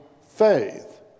Faith